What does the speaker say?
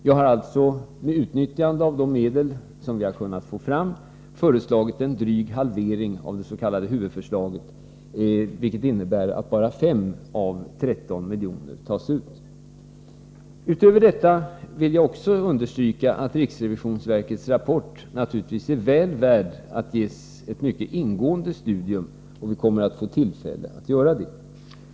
Jag har alltså med utnyttjande av de medel som vi har kunnat få fram föreslagit en dryg halvering av det s.k. huvudförslaget, vilket innebär att bara 5 av 13 miljoner tas ut. Utöver detta vill jag också understryka att riksrevisionsverkets rapport naturligtvis är väl värd ett mycket ingående studium, och vi kommer att få tillfälle att ägna oss åt det.